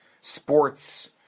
sports